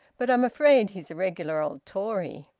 but i'm afraid he's a regular old tory.